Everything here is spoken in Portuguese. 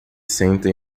senta